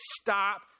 stop